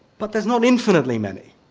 but there's not infinitely many,